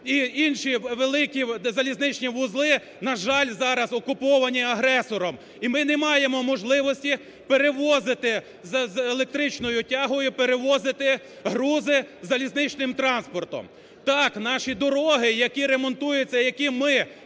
інші великі залізничні вузли, на жаль, зараз окуповані агресором, і ми не маємо можливості перевозити, електричною тягою перевозити грузи залізничним транспортом. Так, наші дороги, які ремонтуються, які ми